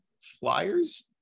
Flyers